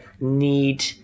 need